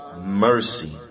mercy